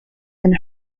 and